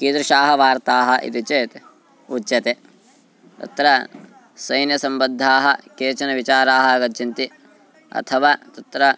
कीदृशाः वार्ताः इति चेत् उच्यते तत्र सैन्यसम्बद्धाः केचन विचाराः आगच्छन्ति अथवा तत्र